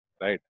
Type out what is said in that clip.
right